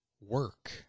work